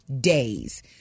days